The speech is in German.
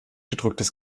gedrucktes